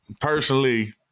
personally